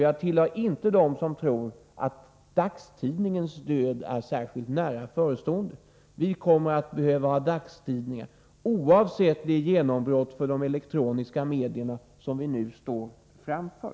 Jag tillhör inte dem som tror att dagstidningens död är särskilt nära förestående. Vi kommer att behöva dagstidningar oavsett det genombrott för elektroniska medier som vi nu står inför.